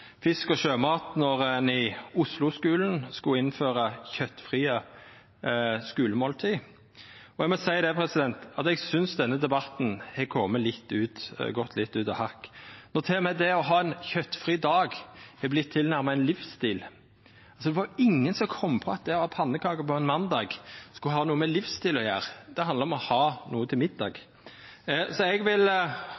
fisk og sjømat då ein i Oslo-skulen skulle innføra kjøtfrie skulemåltid. Og eg må seia at eg synest denne debatten har spora litt av når til og med det å ha ein kjøtfri dag har vorte tilnærma ein livsstil. Det er vel ingen som har kome på at det å ha pannekaker på ein måndag skulle ha noko med livsstil å gjera – det handlar om å ha noko til middag.